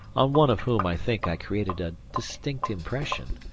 on one of whom i think i created a distinct impression,